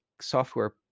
software